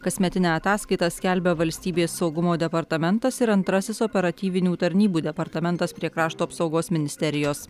kasmetinę ataskaitą skelbia valstybės saugumo departamentas ir antrasis operatyvinių tarnybų departamentas prie krašto apsaugos ministerijos